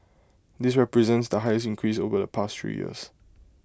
this represents the highest increase over the past three years